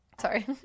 Sorry